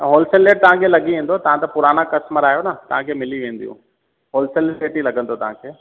wholesale rate तव्हांखे लॻी वेंदो तव्हां त पुराना कस्टमर आयो न तव्हांखे मिली वेंदियूं होलसेल रेट ई लॻंदो तव्हांखे